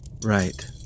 Right